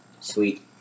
Sweet